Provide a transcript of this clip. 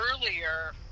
earlier